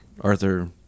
arthur